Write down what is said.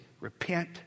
repent